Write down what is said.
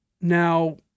Now